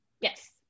Yes